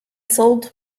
sold